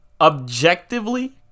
objectively